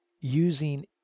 using